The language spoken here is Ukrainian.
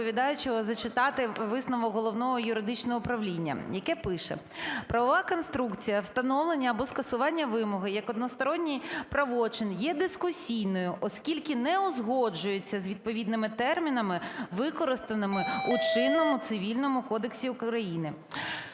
зачитати висновок Головного юридичного управління, яке пише: "Правова конструкція встановлення або скасування вимоги як односторонній правочин є дискусійною, оскільки не узгоджується з відповідними термінами, використаними у чинному Цивільному кодексі України".